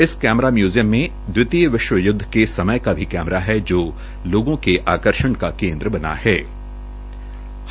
इस camera museum में दवितीय विश्व यूदध के समय का भी कैमरा है जो लोगों के लिए आकर्षण का केंद्र बना हआ है